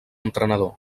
entrenador